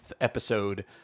episode